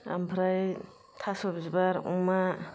ओमफ्राय थास' बिबार अमा